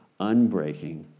unbreaking